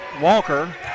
Walker